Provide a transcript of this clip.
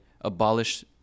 abolish